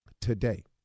today